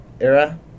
era